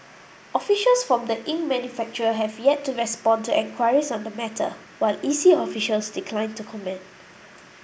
officials from the ink manufacturer have yet to respond to enquiries on the matter while E C officials declined to comment